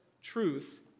truth